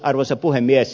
arvoisa puhemies